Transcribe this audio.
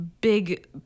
big